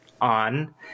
on